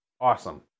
Awesome